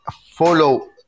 follow